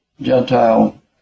Gentile